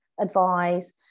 advise